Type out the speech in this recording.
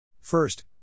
First